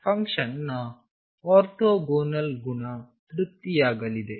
ಫಂಕ್ಷನ್ನ ಆರ್ಥೋಗೋನಲ್ ಗುಣ ತೃಪ್ತಿಯಾಗಲಿದೆ